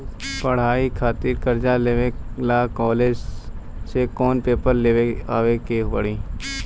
पढ़ाई खातिर कर्जा लेवे ला कॉलेज से कौन पेपर ले आवे के पड़ी?